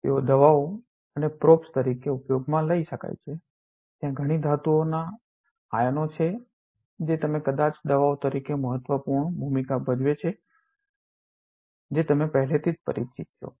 તેઓ દવાઓ અને પ્રોબ્સ તરીકે ઉપયોગમાં લઈ શકાય છે ત્યાં ઘણી ધાતુના આયનો છે જે તમે કદાચ દવાઓ તરીકે મહત્વપૂર્ણ ભૂમિકા ભજવે છે જે તમે પહેલેથી જ પરિચિત છો